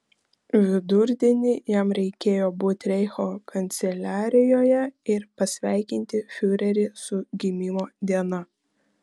vidurdienį jam reikėjo būti reicho kanceliarijoje ir pasveikinti fiurerį su gimimo diena